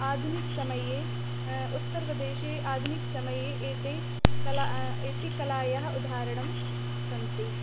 आधुनिकसमये उत्तरप्रदेशे आधुनिकसमये एताः कलाः एताः कलायाः उदाहरणं सन्ति